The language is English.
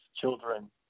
children